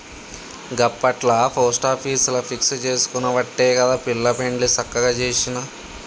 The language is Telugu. గప్పట్ల పోస్టాపీసుల ఫిక్స్ జేసుకునవట్టే గదా పిల్ల పెండ్లి సక్కగ జేసిన